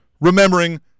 remembering